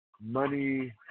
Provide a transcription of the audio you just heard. money